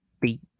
beat